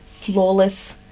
flawless